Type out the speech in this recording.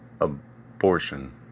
abortion